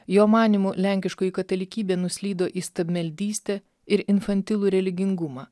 jo manymu lenkiškoji katalikybė nuslydo į stabmeldystę ir infantilų religingumą